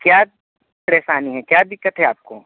क्या परेशानी है क्या दिक्कत है आपको